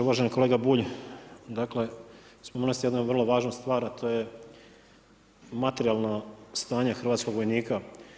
Uvaženi kolega Bulj, dakle spomenuli ste jednu vrlo važnu stvar a to je materijalno stanje hrvatskog vojnika.